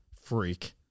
freak